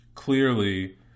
clearly